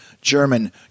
German